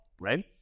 right